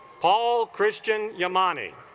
all christian yamani